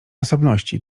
osobności